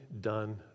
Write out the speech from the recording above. done